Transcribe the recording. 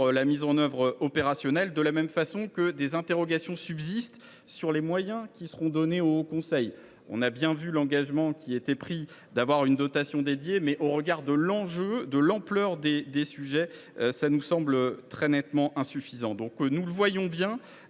sa mise en œuvre opérationnelle, de la même façon que des interrogations subsistent sur les moyens qui seront donnés au haut conseil. Nous constatons qu’un engagement a été pris sur une dotation dédiée, mais au regard de l’enjeu et de l’ampleur des sujets, cela nous semble très nettement insuffisant. Cette proposition